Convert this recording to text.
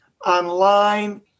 online